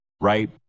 Right